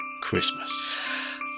Christmas